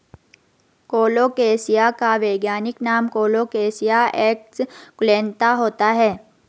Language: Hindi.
कोलोकेशिया का वैज्ञानिक नाम कोलोकेशिया एस्कुलेंता होता है